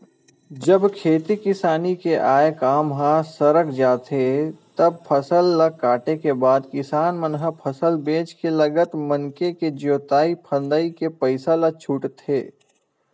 जब खेती किसानी के आय काम ह सरक जाथे तब फसल ल काटे के बाद किसान मन ह फसल बेंच के लगत मनके के जोंतई फंदई के पइसा ल छूटथे